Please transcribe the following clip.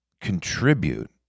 contribute